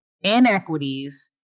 inequities